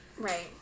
Right